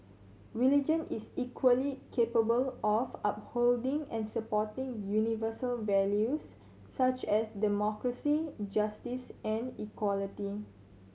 religion is equally capable of upholding and supporting universal values such as democracy justice and equality